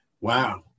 Wow